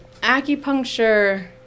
acupuncture